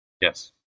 Yes